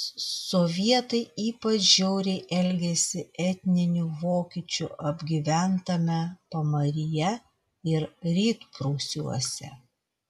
sovietai ypač žiauriai elgėsi etninių vokiečių apgyventame pamaryje ir rytprūsiuose